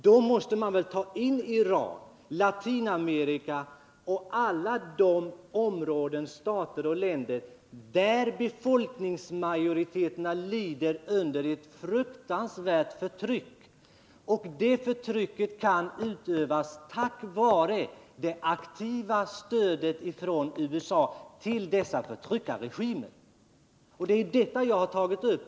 Då måste man väl ta in Iran, Latinamerika och alla de områden, stater och länder där befolkningsmajoriteterna lider under ett fruktansvärt förtryck, och det förtrycket kan utövas tack vare det aktiva stödet från USA. Det är detta jag tagit upp.